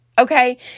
Okay